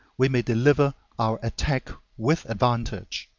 we may deliver our attack with advantage.